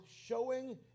showing